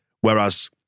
Whereas